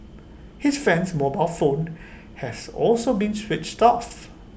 his friend's mobile phone has also been switched off